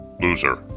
Loser